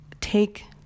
take